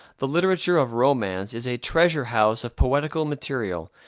the literature of romance is a treasure-house of poetical material,